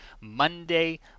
Monday